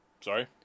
Sorry